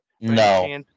No